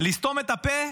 לסתום את הפה,